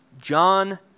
John